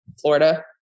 Florida